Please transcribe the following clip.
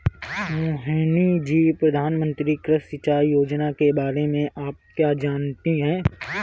मोहिनी जी, प्रधानमंत्री कृषि सिंचाई योजना के बारे में आप क्या जानती हैं?